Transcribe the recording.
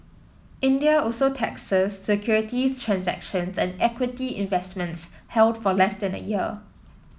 India also taxes securities transactions and equity investments held for less than a year